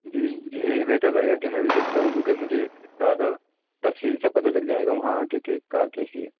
جی جی یہی بہتر رہے گا کہ میں وزٹ کروں کیونکہ مجھے زیادہ تفصیل سے پتہ لگ جائے گا وہاں آ کے کہ کار کیسی ہے